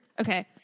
Okay